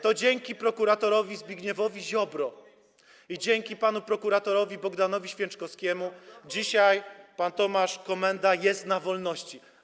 To dzięki prokuratorowi Zbigniewowi Ziobrze i dzięki panu prokuratorowi Bogdanowi Święczkowskiemu dzisiaj pan Tomasz Komenda jest na wolności.